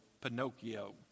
Pinocchio